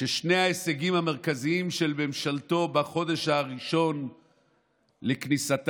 כששני ההישגים המרכזיים של ממשלתו בחודש הראשון לכניסתה,